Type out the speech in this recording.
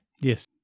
Yes